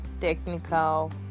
technical